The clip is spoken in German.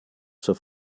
zur